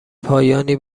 پایانی